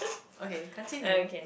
okay continue